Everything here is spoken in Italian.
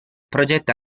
progetta